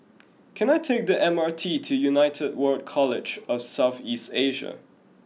can I take the M R T to United World College of South East Asia